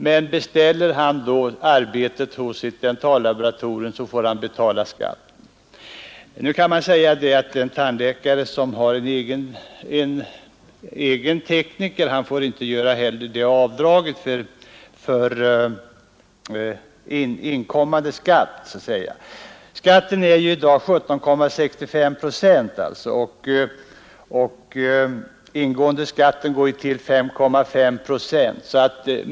Men om han beställer arbetet på dentallaboratoriet får han betala sådan skatt. En tandläkare som har en egen dentaltekniker får visserligen inte göra avdrag för ”inkommande skatt”. Mervärdeskatten är ju i dag 17,65 procent och ”inkommande skatt” uppgår till 5,5 procent.